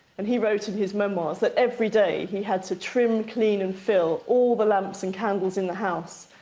and he wrote in his memoirs that every day he had to trim, clean and fill all the lamps and candles in the house,